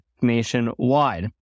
nationwide